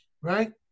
right